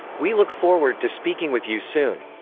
we look forward to speaking with you soon.